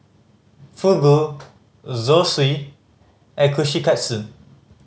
Fugu Zosui and Kushikatsu